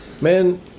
Man